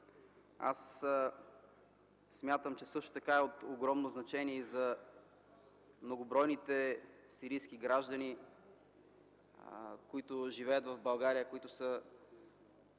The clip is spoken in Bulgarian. Смятам, че е от огромно значение за многобройните сирийски граждани, които живеят в България и са